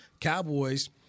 Cowboys